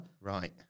right